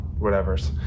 whatevers